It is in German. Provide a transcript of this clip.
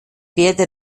werde